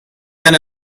than